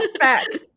facts